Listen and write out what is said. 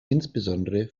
insbesondere